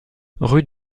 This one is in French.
rue